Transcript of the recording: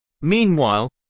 Meanwhile